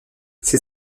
ces